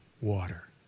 water